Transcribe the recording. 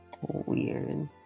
Weird